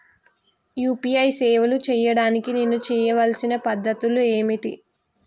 UPI సేవలు చేయడానికి నేను చేయవలసిన పద్ధతులు ఏమిటి?